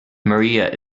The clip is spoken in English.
maria